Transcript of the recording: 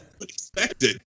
expected